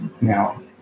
Now